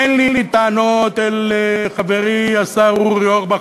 אין לי טענות אל חברי השר אורי אורבך